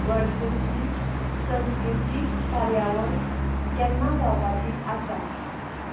वर्सुकी संस्कृतीक कार्यावळ केन्ना जावपाची आसा